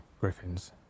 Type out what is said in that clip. Griffins